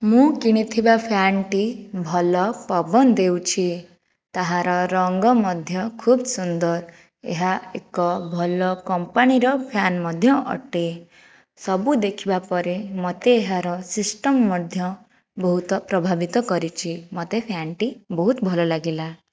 ମୁଁ କିଣିଥିବା ଫ୍ୟାନ୍ଟି ଭଲ ପବନ ଦେଉଛି ତାହାର ରଙ୍ଗ ମଧ୍ୟ ଖୁବ୍ ସୁନ୍ଦର ଏହା ଏକ ଭଲ କମ୍ପାନୀର ଫ୍ୟାନ୍ ମଧ୍ୟ ଅଟେ ସବୁ ଦେଖିବାପରେ ମୋତେ ଏହାର ସିଷ୍ଟମ ମଧ୍ୟ ବହୁତ ପ୍ରଭାବିତ କରିଛି ମୋତେ ଫ୍ୟାନ୍ଟି ବହୁତ ଭଲ ଲାଗିଲା